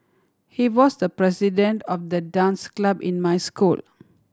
he was the president of the dance club in my school